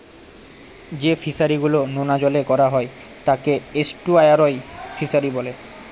যে ফিশারি গুলো নোনা জলে করা হয় তাকে এস্টুয়ারই ফিশারি বলে